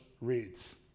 reads